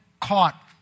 caught